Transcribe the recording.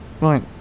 Right